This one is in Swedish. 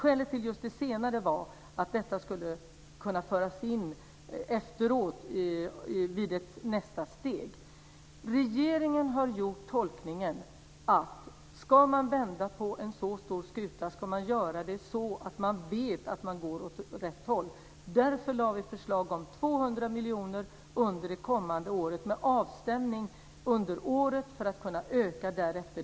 Skälet till just det senare var att detta skulle kunna föras in efteråt vid ett nästa steg. Regeringen har gjort tolkningen att ska man vända på en så stor skuta ska man göra det så att man vet att det går åt rätt håll. Därför lade vi fram ett förslag om 200 miljoner under det kommande året med avstämning under året för att kunna öka därefter.